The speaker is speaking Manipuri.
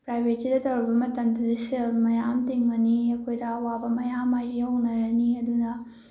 ꯄ꯭ꯔꯥꯏꯚꯦꯠꯁꯤꯗ ꯇꯧꯔꯨꯕ ꯃꯇꯝꯗꯗꯤ ꯁꯦꯜ ꯃꯌꯥꯝ ꯇꯤꯡꯉꯅꯤ ꯑꯩꯈꯣꯏꯗ ꯑꯋꯥꯕ ꯃꯌꯥꯝ ꯃꯥꯌꯣꯛꯅꯔꯅꯤ ꯑꯗꯨꯅ